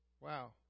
Wow